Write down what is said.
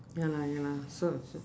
ya lah ya lah so so